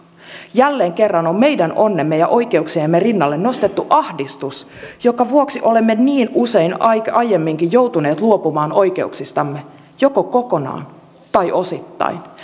jälleen kerran on meidän onnemme ja oikeuksiemme rinnalle nostettu ahdistus jonka vuoksi olemme niin usein aiemminkin joutuneet luopumaan oikeuksistamme joko kokonaan tai osittain